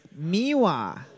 Miwa